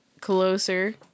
closer